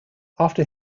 after